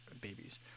babies